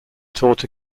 taught